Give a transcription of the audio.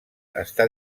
està